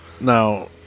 now